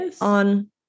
on